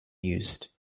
used